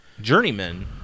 Journeyman